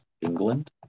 England